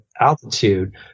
altitude